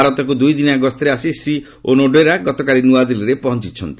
ଭାରତକୁ ଦୁଇଦିନିଆ ଗସ୍ତରେ ଆସି ଶ୍ରୀ ଓନୋଡେରା ଗତକାଲି ନୂଆଦିଲ୍ଲୀରେ ପହଞ୍ଚିଚନ୍ତି